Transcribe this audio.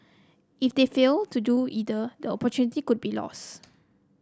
if they fail to do either the opportunity could be lost